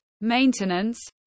maintenance